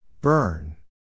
Burn